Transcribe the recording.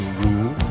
rule